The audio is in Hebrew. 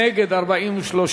נגד, 43,